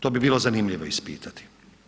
To bi bilo zanimljivo ispitati.